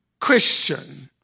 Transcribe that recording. Christian